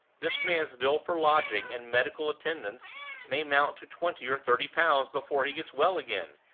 this man's bill for lodging and medical attendance may mount to twenty or thirty pounds before he gets well again,